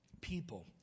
people